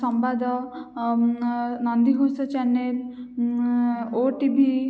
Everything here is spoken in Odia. ସମ୍ୱାଦ ନନ୍ଦିଘୋଷ ଚ୍ୟାନେଲ୍ ଓଟିଭି